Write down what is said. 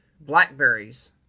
blackberries